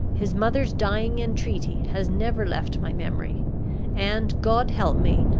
his mother's dying entreaty has never left my memory and, god help me,